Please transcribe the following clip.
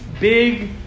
big